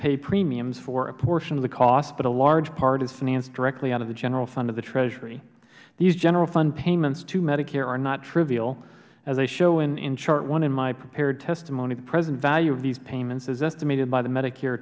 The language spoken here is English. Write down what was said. pay premiums for a portion of the cost but a large part is financed directly out of the general fund of the treasury these general fund payments to medicare are not trivial as i show in chart one in my prepared testimony the present value of these payments as estimated by the medicare